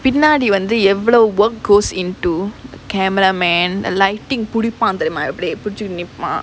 பின்னாடி வந்து எவ்வளவு:pinnaadi vanthu evvalavu what goes into the camera man lighting புடிப்பான் தெரியுமா இப்படி புடிச்சிகிட்டு நிப்பான்:pudippaan theriyumaa ippadi pudichikittu nippaan